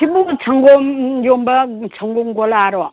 ꯁꯤꯕꯨ ꯁꯪꯒꯣꯝ ꯌꯣꯟꯕ ꯁꯪꯒꯣꯝ ꯒꯣꯂꯥꯔꯣ